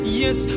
yes